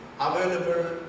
available